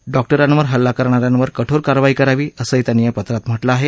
डॉक्टरांवर हल्ला करणाऱ्यांवर कठोर कारवाई करावी असही त्यांनी या पत्रात म्हटलं आहे